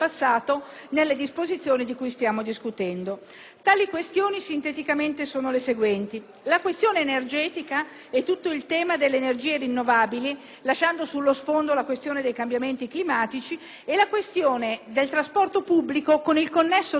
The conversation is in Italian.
Ricordo in sintesi le questioni: la questione energetica e il tema delle energie rinnovabili, lasciando sullo sfondo la questione dei cambiamenti climatici, e la questione del trasporto pubblico, con il connesso tema del pendolarismo e dei contratti di servizio